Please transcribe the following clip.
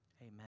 Amen